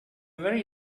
very